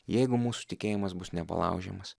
jeigu mūsų tikėjimas bus nepalaužiamas